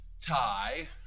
tie